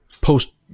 post